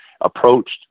approached